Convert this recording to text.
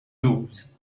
douze